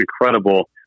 incredible